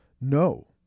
No